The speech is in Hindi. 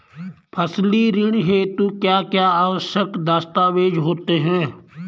फसली ऋण हेतु क्या क्या आवश्यक दस्तावेज़ होते हैं?